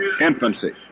infancy